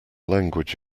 language